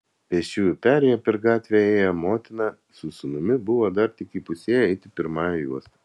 pėsčiųjų perėja per gatvę ėję motina su sūnumi buvo dar tik įpusėję eiti pirmąja juosta